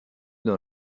dans